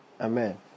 Amen